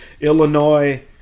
Illinois